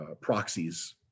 proxies